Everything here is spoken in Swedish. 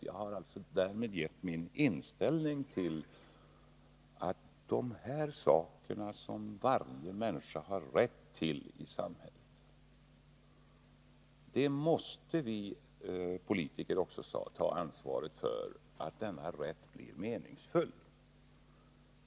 Jag har därmed visat att min inställning till de rättigheter som varje människa har i samhället är, att vi politiker måste ta ansvaret för att de blir meningsfulla.